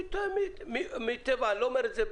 אני לא אומר זה,